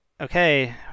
Okay